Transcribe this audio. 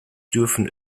dürfen